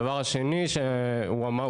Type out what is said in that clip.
הדבר השני שהוא אמר,